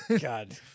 God